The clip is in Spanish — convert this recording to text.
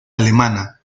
alemana